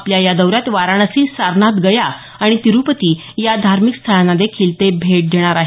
आपल्या या दौऱ्यात वाराणसी सारनाथ गया आणि तिरुपती या धार्मिक स्थळांना देखील ते भेट देणार आहेत